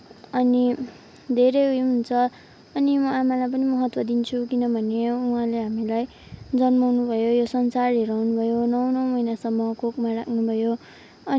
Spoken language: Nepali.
अनि धेरै ऊ यो हुन्छ अनि म आमालाई पनि महत्त्व दिन्छु किनभने उहाँले हामीलाई जन्माउनु भयो यो संसार हेराउनुभयो नौ नौ महिनासम्म यो कोखमा राख्नुभयो